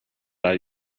are